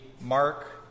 mark